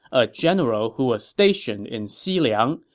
a general who was stationed in xiliang,